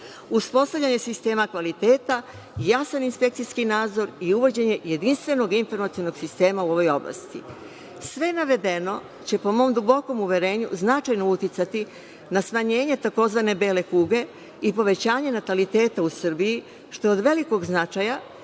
uspostavljanje sistema kvaliteta i jasan inspekcijski nadzor i uvođenje jedinstvenog informativnog sistema u ovoj oblasti. Sve navedeno će, po mom dubokom uverenju, značajno uticati na smanjenje tzv. bele kuge i povećanje nataliteta u Srbiji, što je od velikog značaja